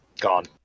Gone